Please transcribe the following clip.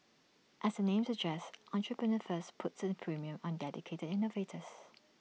as the name suggests Entrepreneur First puts the premium on dedicated innovators